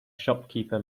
shopkeeper